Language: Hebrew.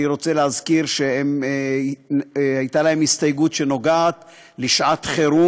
אני רוצה להזכיר שהייתה להם הסתייגות בנושא שעת חירום.